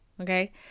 Okay